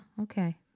Okay